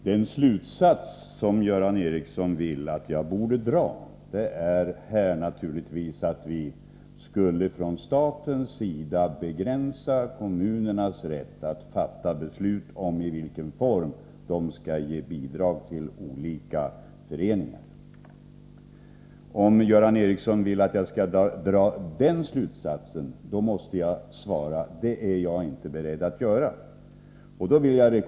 Herr talman! Göran Ericsson vill att jag skall dra slutsatsen, att vi från statens sida skulle begränsa kommunernas rätt att fatta beslut om i vilken form de skall ge bidrag till olika föreningar. Jag måste svara Göran Ericsson att jag inte är beredd att dra den slutsatsen.